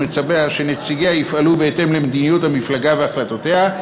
ומצפה שנציגיה יפעלו בהתאם למדיניות המפלגה והחלטותיה,